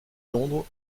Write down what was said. londres